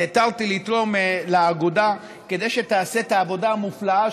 נעתרתי לתרום לאגודה כדי שתעשה את העבודה המופלאה